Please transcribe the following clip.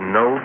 no